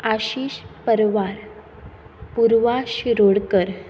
Ashish Parwar Purva Shirodkar